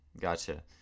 Gotcha